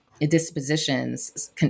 dispositions